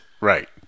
right